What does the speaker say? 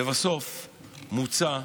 לבסוף מוצע,